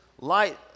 Light